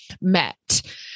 met